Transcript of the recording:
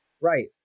Right